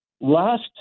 last